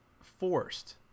forced—